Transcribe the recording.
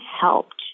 helped